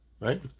right